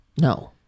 No